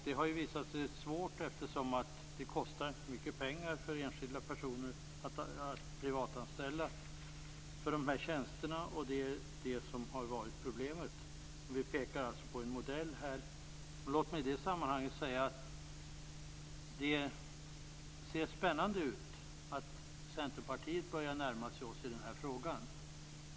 Det har visat sig svårt eftersom det kostar mycket pengar för enskilda personer att privatanställa för att få de här tjänsterna. Det är det som har varit problemet. Vi pekar alltså på en modell. Låt mig i det sammanhanget säga att det ser spännande ut att Centerpartiet börjar närma sig oss i den här frågan.